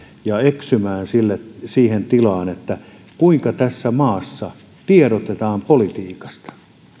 ja eksymään siihen tilaan että kuinka tässä maassa tiedotetaan politiikasta